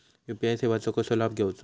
UPI सेवाचो कसो लाभ घेवचो?